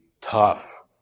tough